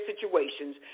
situations